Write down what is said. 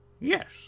Yes